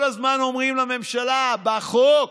כל הזמן אומרים לממשלה: בחוק.